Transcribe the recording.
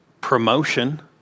Promotion